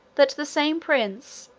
that the same prince,